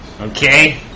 okay